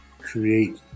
create